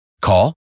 Call